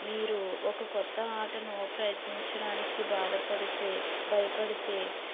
మీరు ఒక కొత్త ఆటను ప్రయత్నించడానికి బాధపడితే భయపడితే